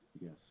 Yes